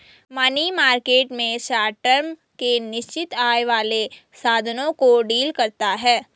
money market में short term के निश्चित आय वाले साधनों को डील करता है